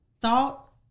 thought